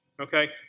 okay